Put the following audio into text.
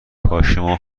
کاشیما